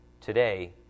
Today